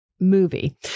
movie